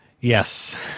Yes